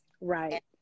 right